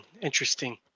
interesting